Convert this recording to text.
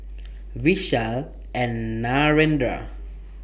Vishal and Narendra